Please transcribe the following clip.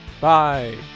Bye